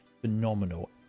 phenomenal